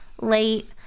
late